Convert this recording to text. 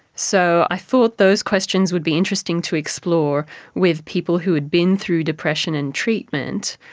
so i thought those questions would be interesting to explore with people who had been through depression and treatment,